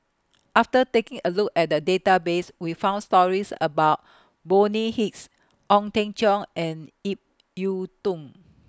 after taking A Look At The Database We found stories about Bonny Hicks Ong Teng Cheong and Ip Yiu Tung